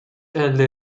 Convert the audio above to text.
elde